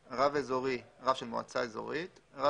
נכון,